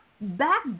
Back